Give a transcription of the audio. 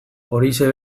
horixe